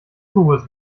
pures